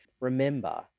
remember